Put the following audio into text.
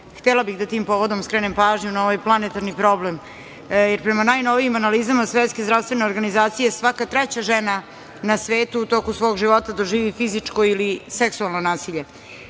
htela bih da tim povodom skrenem pažnju na ovaj planetarni problem. Prema najnovijim analizama Svetske zdravstvene organizacije, svaka treća žena na svetu u toku svog života doživi fizičko ili seksualno nasilje.